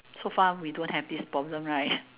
so far we don't have this problem right